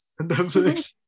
Netflix